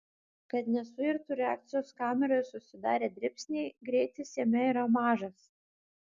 kad nesuirtų reakcijos kameroje susidarę dribsniai greitis jame yra mažas